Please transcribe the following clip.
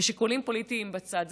ושיקולים פוליטיים בצד.